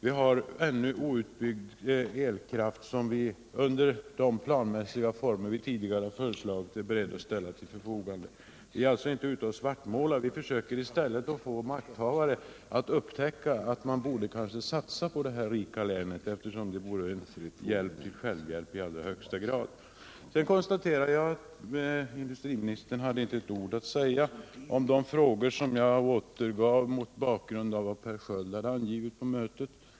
Vi har mycket ännu outbyggd elkraft, som vi i de planmässiga former vi tidigare har föreslagit är beredda att ställa till förfogande. Vi är alltså inte ute för att svartmåla, utan vi försöker i stället få makthavare att upptäcka att man borde satsa på detta rika län, eftersom det skulle vara en hjälp till självhjälp i allra högsta grad. Sedan konstaterade jag att industriministern inte hade ett enda ord att säga om de frågor som jag återgav mot bakgrund av vad Per Sköld hade angivit på mötet.